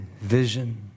vision